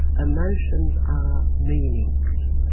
emotions are meanings,